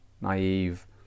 naive